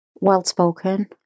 well-spoken